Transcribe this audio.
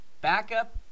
backup